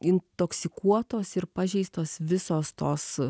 intoksikuotos ir pažeistos visos tos